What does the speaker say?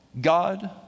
God